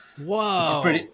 Wow